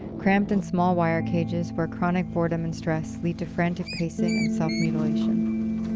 cramped in small wire cages where chronic boredom and stress lead to frantic pacing and